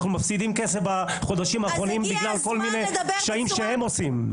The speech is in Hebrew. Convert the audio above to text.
אנחנו מפסידים כסף בחודשים האחרונים בגלל כל מיני קשיים שהם עושים.